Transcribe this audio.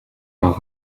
par